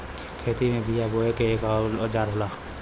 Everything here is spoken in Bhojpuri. खेती में बिया बोये के एक औजार होला